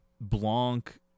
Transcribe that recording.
Blanc